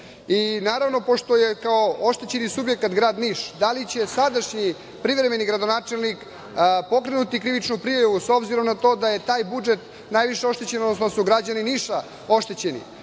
Izveštaju? Naravno, pošto je kao oštećeni subjekat grad Niš da li će sadašnji privremeni gradonačlenik pokrenuti krivičnu prijavu, s obzirom na to da je taj budžet najviše oštećen, odnosno da su građani Niša oštećeni? Smatram